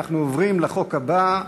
אנחנו עוברים לחוק הבא,